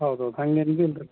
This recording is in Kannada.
ಹೌದೌದು ಹಂಗೇನು ಬಿ ಇಲ್ರಿ